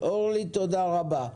אורלי, תודה רבה.